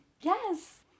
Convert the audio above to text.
Yes